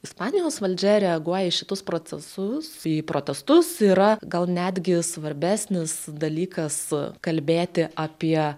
ispanijos valdžia reaguoja į šitus procesus į protestus yra gal netgi svarbesnis dalykas kalbėti apie